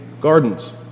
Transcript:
gardens